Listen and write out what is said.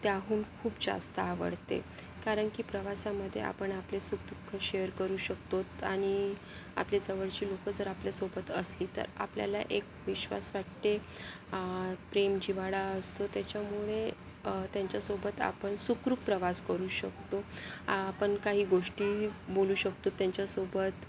त्याहून खूप जास्त आवडते कारण की प्रवासामधे आपण आपले सुखदुःखं शेअर करू शकतोत आणि आपले जवळचे लोक जर आपल्यासोबत असली तर आपल्याला एक विश्वास वाटते प्रेम जिव्हाळा असतो त्याच्यामुळे त्यांच्यासोबत आपण सुखरूप प्रवास करू शकतो आपण काही गोष्टी बोलू शकतो त्यांच्यासोबत